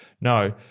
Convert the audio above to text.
No